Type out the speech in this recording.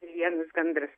vienas gandras